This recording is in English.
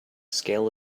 scale